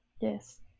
Yes